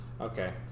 Okay